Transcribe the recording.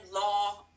law